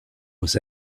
was